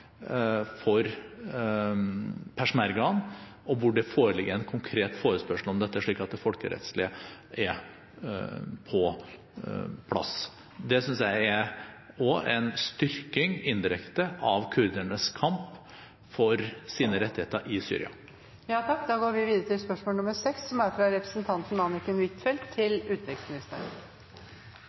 for peshmergaen, og hvor det foreligger en konkret forespørsel om dette, slik at det folkerettslige er på plass. Det synes jeg også er en indirekte styrking av kurdernes kamp for sine rettigheter i